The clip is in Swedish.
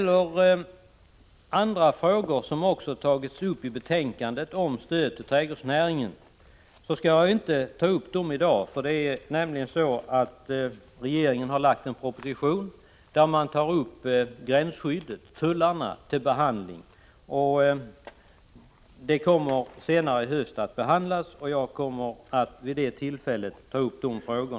Jag skall inte i dag gå in på de övriga frågor om stöd till trädgårdsnäringen som har behandlats i betänkandet, eftersom regeringen har lagt fram en proposition om gränsskydd och tullar som kommer att behandlas senare i höst. Jag kommer att vid det tillfället ta upp dessa frågor.